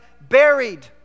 buried